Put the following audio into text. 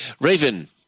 Raven